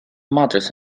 mattress